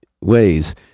ways